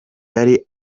yari